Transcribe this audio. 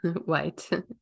white